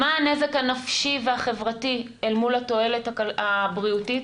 מה הנזק הנפשי והחברתי אל מול התועלת הבריאותית,